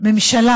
ממשלה